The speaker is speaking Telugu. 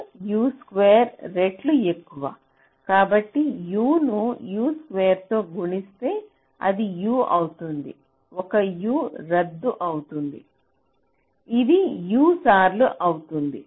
కాబట్టి U ను U2 తో గుణిస్తే అది U అవుతుంది ఒక U రద్దు అవుతుంది ఇది U సార్లు అవుతుంది